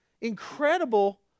incredible